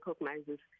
recognizes